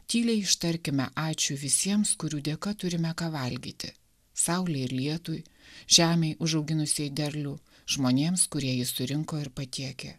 tyliai ištarkime ačiū visiems kurių dėka turime ką valgyti saulei lietui žemei užauginusiai derlių žmonėms kurie jį surinko ir patiekia